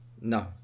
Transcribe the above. No